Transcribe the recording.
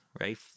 right